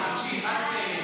ממשיך?